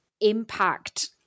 impact